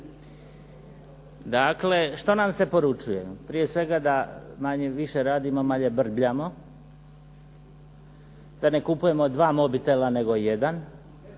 Dakle, što nam se poručuje? Prije svega da više radimo, manje brbljamo, da ne kupujemo 2 mobitela, nego 1, ako